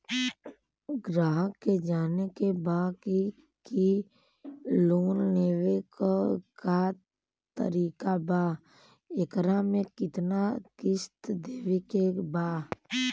ग्राहक के जाने के बा की की लोन लेवे क का तरीका बा एकरा में कितना किस्त देवे के बा?